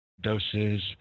doses